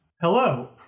Hello